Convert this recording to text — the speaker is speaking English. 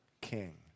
king